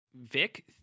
Vic